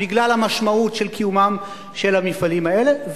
בגלל המשמעות של קיומם של המפעלים האלה.